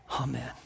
Amen